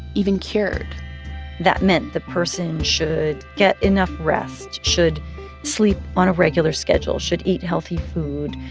even cured that meant the person should get enough rest, should sleep on a regular schedule, should eat healthy food,